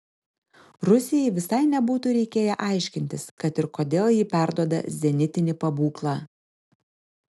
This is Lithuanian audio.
rusijai visai nebūtų reikėję aiškintis kad ir kodėl ji perduoda zenitinį pabūklą